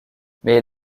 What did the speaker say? mais